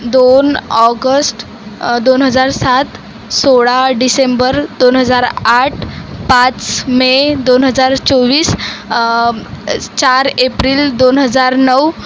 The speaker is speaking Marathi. दोन ऑगस्ट दोन हजार सात सोळा डिसेंबर दोन हजार आठ पाच मे दोन हजार चोवीस चार एप्रिल दोन हजार नऊ